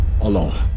alone